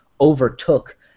overtook